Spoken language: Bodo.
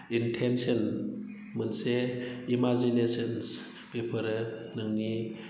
इन्टेनसन मोनसे इमाजिनेसन्स बेफोरो नोंनि